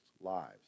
lives